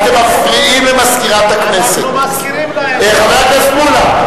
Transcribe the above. אנחנו מזכירים להם, חבר הכנסת מולה,